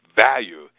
value